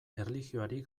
erlijioari